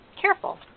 careful